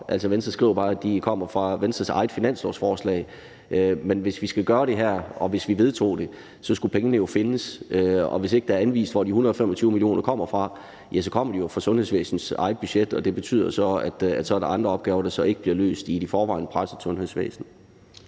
fra. Venstre skriver bare, de kommer fra Venstres eget finanslovsforslag, men hvis vi skal gøre det her, og hvis vi vedtog det, skulle pengene jo findes, og hvis ikke der er anvist, hvor de 125 mio. kr. kommer fra, kommer de jo fra sundhedsvæsenets eget budget, og det betyder så, at der er andre opgaver, der så ikke bliver løst i et i forvejen presset sundhedsvæsen.